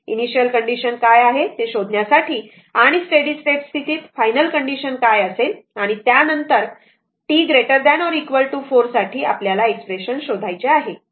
initial condition काय आहे ते शोधण्यासाठी आणि स्टेडी स्टेट स्थितीत फायनल कंडिशन काय असेल आणि त्या नंतर t 4 साठी आपल्याला एक्सप्रेशन शोधायचे आहे